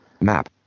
map